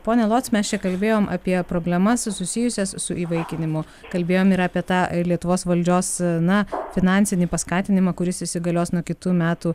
ponia lotc mes čia kalbėjom apie problemas susijusias su įvaikinimu kalbėjome ir apie tą e lietuvos valdžios na finansinį paskatinimą kuris įsigalios nuo kitų metų